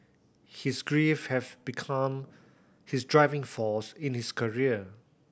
his grief have become his driving force in his career